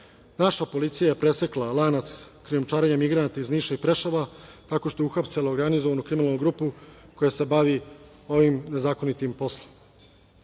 naša policija je presekla lanac krijumčarenja migranata iz Niša i Preševa tako što je uhapsila organizovanu kriminalnu grupu koja se bavi ovim nezakonitim poslom. Pred